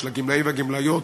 של הגמלאים והגמלאיות,